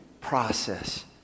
process